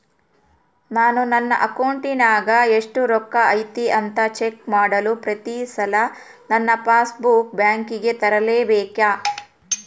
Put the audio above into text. ನಾನು ನನ್ನ ಅಕೌಂಟಿನಾಗ ಎಷ್ಟು ರೊಕ್ಕ ಐತಿ ಅಂತಾ ಚೆಕ್ ಮಾಡಲು ಪ್ರತಿ ಸಲ ನನ್ನ ಪಾಸ್ ಬುಕ್ ಬ್ಯಾಂಕಿಗೆ ತರಲೆಬೇಕಾ?